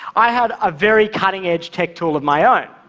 i had a very cutting-edge tech tool of my own